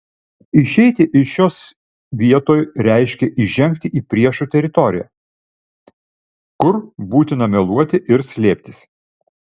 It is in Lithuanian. išeiti iš šios vietoj reiškė įžengti į priešų teritoriją kur būtina meluoti ir slėptis